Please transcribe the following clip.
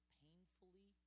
painfully